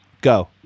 go